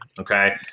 Okay